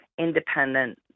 independent